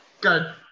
Good